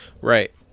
right